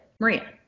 Maria